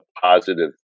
positive